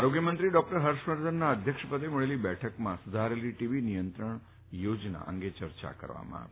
આરોગ્ય મંત્રી ડોકટર હર્ષ વર્ધનના અધ્યક્ષ પદે મળેલી બેઠકમાં સુધારેલા ટી બી નિયંત્રણ કાર્યક્રમ અંગે ચર્ચા કરવામાં આવી